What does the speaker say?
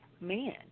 man